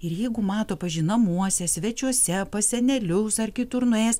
ir jeigu mato pavyzdžiui namuose svečiuose pas senelius ar kitur nuėjęs